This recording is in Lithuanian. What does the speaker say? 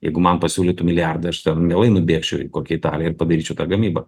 jeigu man pasiūlytų milijardą aš ten mielai nubėgčiau į kokią italiją ir padaryčiau tą gamybą